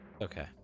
Okay